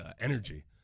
energy